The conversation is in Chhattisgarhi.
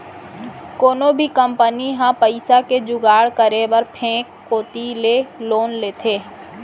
कोनो भी कंपनी ह पइसा के जुगाड़ करे बर बेंक कोती ले लोन लेथे